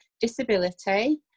disability